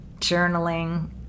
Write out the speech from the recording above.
Journaling